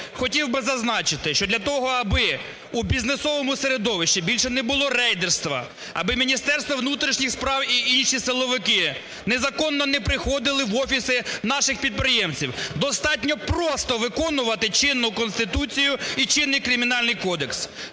хотів би зазначити, що для того аби у бізнесовому середовищі більше не було рейдерства, аби Міністерство внутрішніх справ і інші силовики незаконно не приходили в офіси наших підприємців, достатньо просто виконувати чинну Конституцію і чинний Кримінальний кодекс,